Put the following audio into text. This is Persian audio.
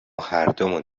هردومون